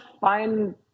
find